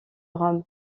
rome